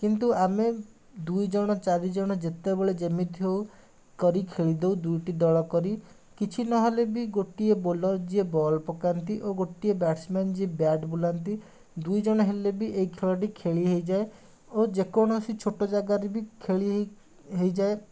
କିନ୍ତୁ ଆମେ ଦୁଇଜଣ ଚାରିଜଣ ଯେତବେଳେ ଯେମିତି ହଉ କରି ଖେଳିଦେଉ ଦୁଇଟି ଦଳ କରି କିଛି ନହେଲେ ବି ଗୋଟିଏ ବୋଲର୍ ଯିଏ ବଲ୍ ପକାନ୍ତି ଓ ଗୋଟିଏ ବ୍ୟାଟସ୍ମ୍ୟାନ୍ ଯିଏ ବ୍ୟାଟ୍ ବୁଲାନ୍ତି ଦୁଇଜଣ ହେଲେ ବି ଏ ଖେଳଟି ଖେଳି ହେଇଯାଏ ଓ ଯେକୌଣସି ଛୋଟ ଜାଗାରେ ବି ଖେଳିହେଇ ହେଇଯାଏ